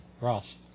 Ross